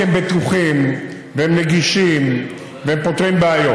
כי הם בטוחים והם נגישים והם פותרים בעיות,